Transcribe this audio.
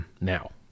Now